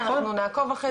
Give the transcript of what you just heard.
אבל אני יכולה